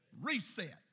Reset